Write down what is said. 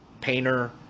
painter